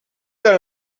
dans